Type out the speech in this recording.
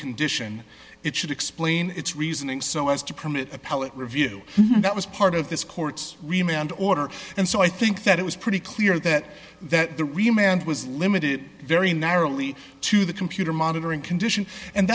condition it should explain its reasoning so as to permit appellate review that was part of this court's remained order and so i think that it was pretty clear that that the remained was limited very narrowly to the computer monitoring condition and